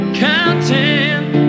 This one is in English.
counting